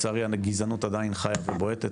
לצערי הגזענות עדיין חיה ובועטת,